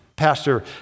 Pastor